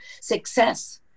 success